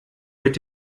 mit